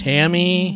Tammy